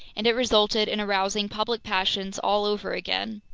and it resulted in arousing public passions all over again.